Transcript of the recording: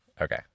Okay